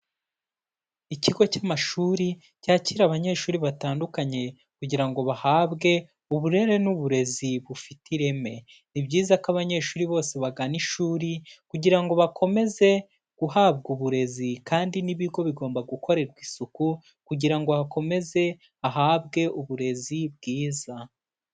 Ikigo cy'amashuri cyakira abanyeshuri batandukanye, kugira ngo bahabwe uburere n'uburezi bufite ireme. Ni byiza ko abanyeshuri bose bagana ishuri, kugira ngo bakomeze guhabwa uburezi, kandi n'ibigo bigomba gukorerwa isuku, kugira ngo hakomeze ahabwe uburezi bwiza.